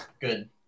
Good